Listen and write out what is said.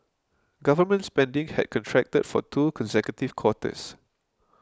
government spending had contracted for two consecutive quarters